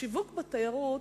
שיווק בתיירות,